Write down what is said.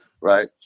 right